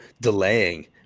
delaying